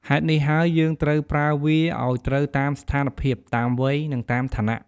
ហេតុនេះហើយ យើងត្រូវប្រើវាឲ្យត្រូវតាមស្ថានភាព តាមវ័យ និងតាមឋានៈ។